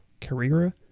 Carrera